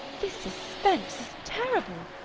this suspense is terrible.